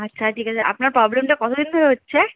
আচ্ছা ঠিক আছে আপনার প্রবলেমটা কতো দিন ধরে হচ্ছে